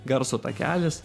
garso takelis